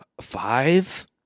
Five